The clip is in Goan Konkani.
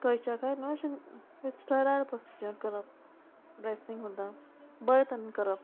खंयच्या खंय न्हू अशें स्टरा प्रोसिजर करप ड्रेसींग सुद्दां बरें तरेन करप